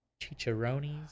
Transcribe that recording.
Chicharrones